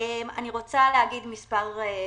אני רוצה להגיד מספר דברים.